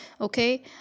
okay